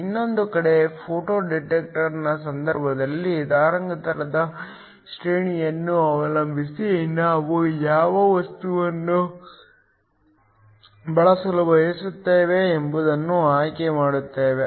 ಇನ್ನೊಂದು ಕಡೆ ಫೋಟೋ ಡಿಟೆಕ್ಟರ್ನ ಸಂದರ್ಭದಲ್ಲಿ ತರಂಗಾಂತರದ ಶ್ರೇಣಿಯನ್ನು ಅವಲಂಬಿಸಿ ನಾವು ಯಾವ ವಸ್ತುವನ್ನು ಬಳಸಲು ಬಯಸುತ್ತೇವೆ ಎಂಬುದನ್ನು ಆಯ್ಕೆ ಮಾಡುತ್ತೇವೆ